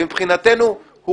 מבחינתנו,